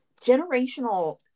generational